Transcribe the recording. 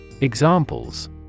Examples